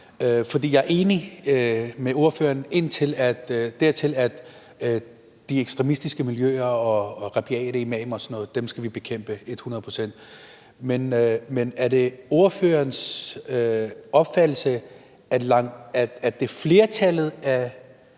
For jeg er enig med ordføreren dertil, at de ekstremistiske miljøer og rabiate imamer og sådan noget skal vi bekæmpe – et hundrede procent – men er det ordførerens opfattelse, at det er flertallet af